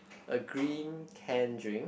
a green can drink